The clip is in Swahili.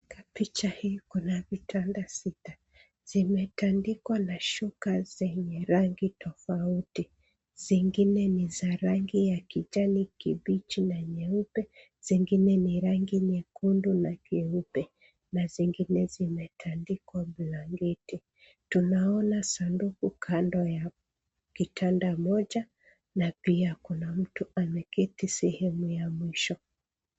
Kwa picha hii kuna vitanda sita. zimetandikwa na shuka zenye rangi tofauti. Zingine ni za rangi ya kijani kibichi na nyeupe, zingine ni rangi nyekundu na vyeupe, na zingine zimetandikwa blanketi. Tunaona sanduku kando ya kitanda moja na pia kuna mtu ameketi sehemu ya mwisho.